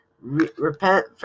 Repent